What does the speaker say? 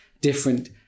different